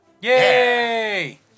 Yay